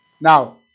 Now